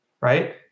right